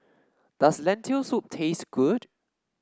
does Lentil Soup taste good